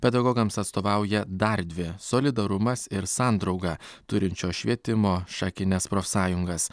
pedagogams atstovauja dar dvi solidarumas ir sandrauga turinčios švietimo šakines profsąjungas